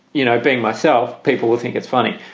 you know, being myself, people will think it's funny.